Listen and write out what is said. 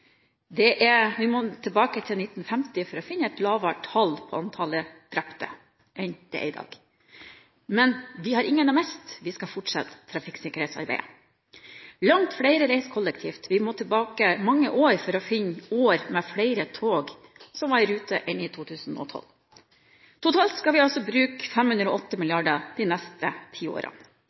og drept. Vi må tilbake til 1950 for å finne et lavere tall på antall drepte enn i dag. Men vi har ingen å miste, vi skal fortsette trafikksikkerhetsarbeidet. Langt flere reiser kollektivt, og vi må mange år tilbake for å finne år der flere tog var i rute enn i 2012. Totalt skal vi bruke 508 mrd. kr de neste ti årene.